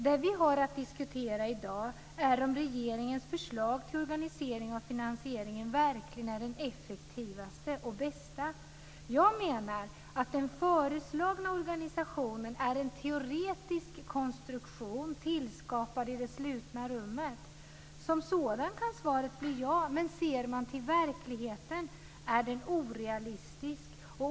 Det vi har att diskutera i dag är om regeringens förslag till organisering av finansieringen verkligen är den effektivaste och bästa. Jag menar att den föreslagna organisationen är en teoretisk konstruktion tillskapad i det slutna rummet. Svaret kan bli ja på en sådan. Men ser man till verkligheten är den orealistisk.